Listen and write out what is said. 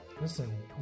Listen